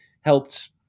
helped